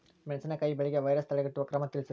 ಮೆಣಸಿನಕಾಯಿ ಬೆಳೆಗೆ ವೈರಸ್ ತಡೆಗಟ್ಟುವ ಕ್ರಮ ತಿಳಸ್ರಿ